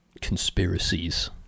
Conspiracies